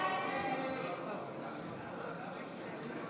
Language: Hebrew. הסתייגות 503 לא נתקבלה.